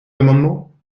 l’amendement